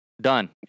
Done